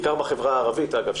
בעיקר בחברה הערבית אגב,